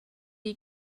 you